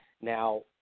Now